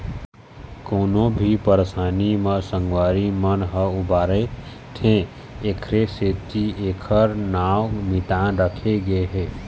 कोनो भी परसानी म संगवारी मन ह उबारथे एखरे सेती एखर नांव मितान राखे गे हे